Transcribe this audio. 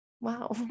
Wow